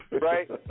right